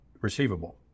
receivable